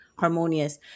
harmonious